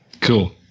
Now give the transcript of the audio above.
Cool